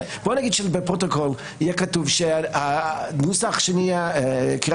בוא נגיד שבפרוטוקול יהיה כתוב שהנוסח של קריאה